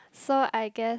so I guess